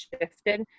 shifted